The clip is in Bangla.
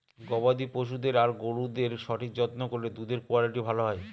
গবাদি পশুদের আর গরুদের সঠিক যত্ন করলে দুধের কুয়ালিটি ভালো হয়